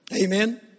Amen